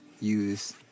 use